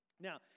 Now